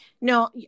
No